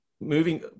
moving